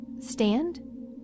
Stand